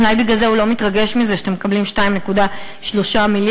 אולי בגלל זה הוא לא מתרגש מזה שאתם מקבלים 2.3 מיליארד,